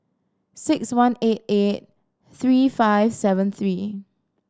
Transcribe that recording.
six one eight eight three five seven three